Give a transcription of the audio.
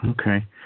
Okay